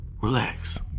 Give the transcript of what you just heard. relax